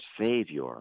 Savior